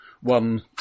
one